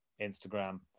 instagram